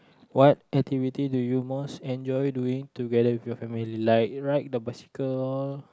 what activity do you most enjoy doing together with your family like ride the bicycle